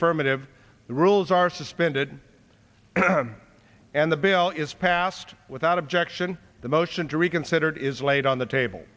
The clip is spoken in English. affirmative the rules are suspended and the bill is passed without objection the motion to reconsider is laid on the table